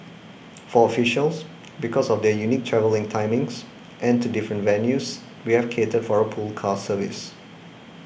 for officials because of their unique travelling timings and to different venues we have catered for a pool car service